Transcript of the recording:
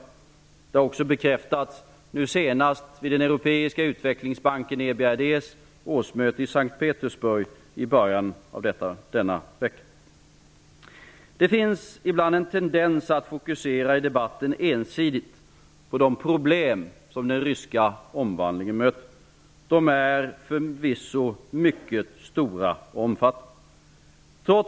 Detta har också bekräftats i de kontakter som varit mellan den ryska regeringen och IMF liksom vid årsmötet i S:t Petersburg denna vecka med den europeiska utvecklingsbanken EBRD. Det finns en tendens att i den allmänna debatten fokusera ensidigt på de problem som omvandlingen i Ryssland möter. Och förvisso är dessa mycket stora. De sociala spänningarna och klyftorna är påtagliga, problemen med att avmilitarisera industrin mycket stora, omvandlingstakten i lantbruket alltför långsam och den laglöshet som följer i spåren av den gamla samhällsordningens sammanbrott ett växande och allvarligt problem.